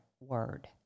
word